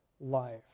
life